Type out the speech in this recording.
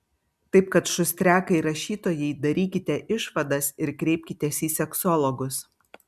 taip kad šustriakai rašytojai darykite išvadas ir kreipkitės į seksologus